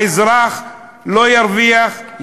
האזרח לא ירוויח,